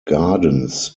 gardens